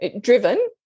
driven